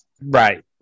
Right